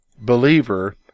believer